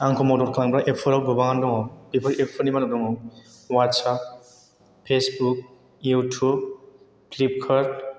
आंखौ मदद खालामग्रा एप फोरा गोबांआनो दङ बेफोर एप फोरनि मादाव दङ व्हाट्सेप फेसबुक युटुब फ्लिपकार्ट